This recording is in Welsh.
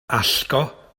allgo